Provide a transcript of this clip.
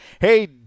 hey